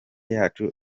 yacu